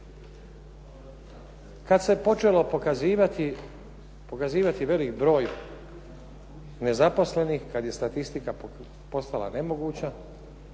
Kad se počelo pokazivati velik broj nezaposlenih, kad je statistika postala nemoguće,